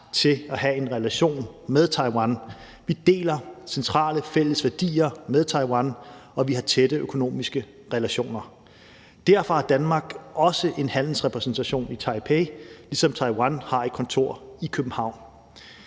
til at have en relation med Taiwan. Vi deler centrale fælles værdier med Taiwan, og vi har tætte økonomiske relationer. Derfor har Danmark også en handelsrepræsentation i Taipei, ligesom Taiwan har et kontor i København,